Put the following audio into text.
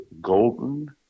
golden